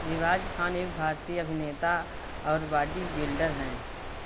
रियाज खान एक भारतीय अभिनेता और बॉडी बिल्डर हैं